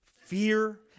fear